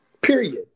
Period